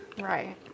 Right